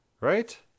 right